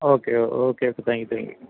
okay okay thank you thank you